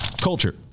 Culture